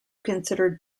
considered